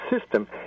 system